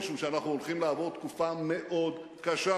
משום שאנחנו הולכים לעבור תקופה מאוד קשה.